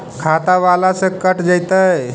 खाता बाला से कट जयतैय?